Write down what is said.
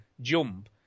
jump